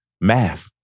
math